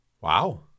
Wow